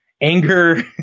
anger